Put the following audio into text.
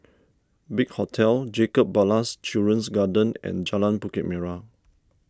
Big Hotel Jacob Ballas Children's Garden and Jalan Bukit Merah